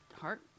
heart